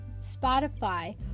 Spotify